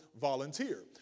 volunteer